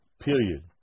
period